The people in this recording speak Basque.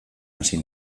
hasi